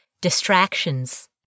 distractions